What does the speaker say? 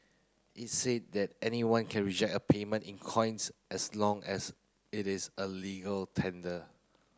it said that anyone can reject a payment in coins as long as it is a legal tender